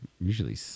usually